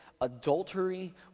adultery